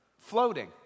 floating